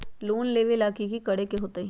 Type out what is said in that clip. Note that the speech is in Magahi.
लोन लेबे ला की कि करे के होतई?